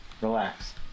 relax